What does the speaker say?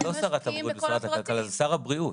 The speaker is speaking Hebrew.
זה לא שר הבריאות ושרת הכלכלה, זה שר הבריאות.